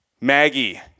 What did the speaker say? Maggie